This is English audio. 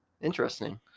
Interesting